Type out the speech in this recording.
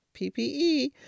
PPE